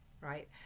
right